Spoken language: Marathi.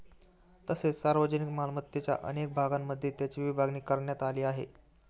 तसेच सार्वजनिक मालमत्तेच्या अनेक भागांमध्ये त्याची विभागणी करण्यात आली आहे